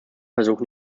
versuch